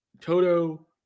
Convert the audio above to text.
Toto